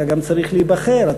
אתה גם צריך להיבחר,